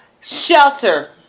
shelter